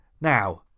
Now